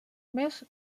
més